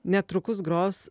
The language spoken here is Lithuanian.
netrukus gros